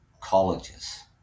Colleges